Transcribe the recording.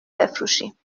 بفروشیم